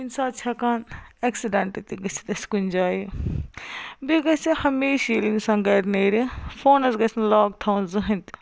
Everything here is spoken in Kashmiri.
کُنہِ ساتہٕ چھِ ہٮ۪کان ایٚکسیڈنٹ تہِ گٔژِتھ اسہِ کُنہِ جاے بیٚیہِ گَژھہِ ہمیشہِ ییٚلہِ اِنسان گَرِ نیرِ فونس گَژھہِ نہٕ لاک تھاوُن زٕہٕنۍ تہِ